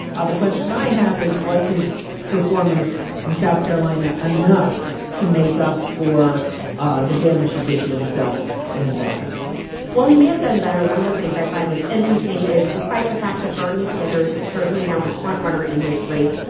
ah the question i have is, was his performance in south carolina enough to make up for ah the damage he did to himself in nevada while he may have done better, one of the things i find that's interesting is, despite the fact that bernie sanders is certainly now the front-runner in this race,